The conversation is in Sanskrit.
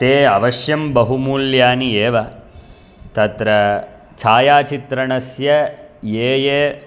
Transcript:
ते अवश्यं बहुमूल्यानि एव तत्र छायाचित्रणस्य ये ये